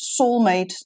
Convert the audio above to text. soulmate